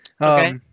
Okay